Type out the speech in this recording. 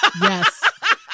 Yes